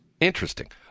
Interesting